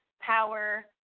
power